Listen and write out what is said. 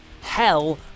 hell